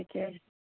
से किए